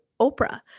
Oprah